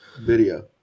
video